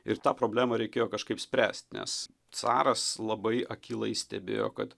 ir tą problemą reikėjo kažkaip spręst nes caras labai akylai stebėjo kad